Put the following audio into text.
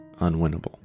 unwinnable